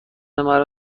مرا